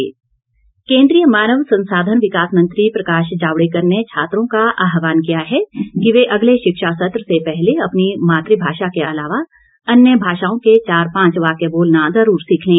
Javadekar KVS केंद्रीय मानव संसाधन विकास मंत्री प्रकाश जावड़ेकर ने छात्रों का आहवान किया है कि वे अगले शिक्षा सत्र से पहले अपनी मातृभाषा के अलावा अन्य भाषाओं के चार पांच वाक्य बोलना जरूर सीख लें